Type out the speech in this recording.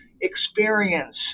experience